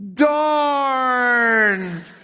darn